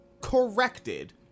corrected